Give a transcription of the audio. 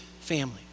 family